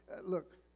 Look